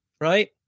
Right